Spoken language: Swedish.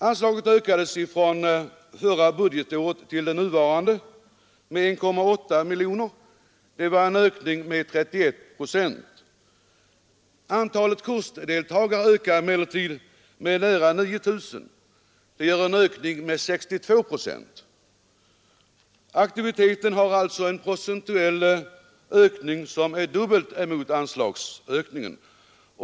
Anslaget ökade från förra budgetåret till innevarande med 1,8 miljoner kronor eller med 31 procent. Antalet kursdeltagare ökade emellertid med nära 9 000 eller med 62 procent. Aktiviteten har alltså procentuellt ökat dubbelt så mycket som anslaget.